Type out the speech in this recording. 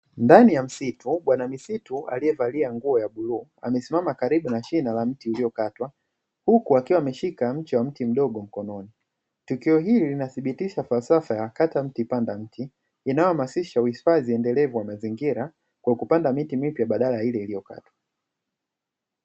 Ndani ya msitu, bwana misitu aliyevalia nguo ya bluu amesimama karibu na shina la mti uliokatwa, huku akiwa ameshika mche wa mti mdogo mkononi tukio hili linadhibitisha falsafa ya kata mti panda mti inayohamasisha uhifadhi endelevu wa mazingira kwa kupanda miti mipya baada ya ile iliyokatwa.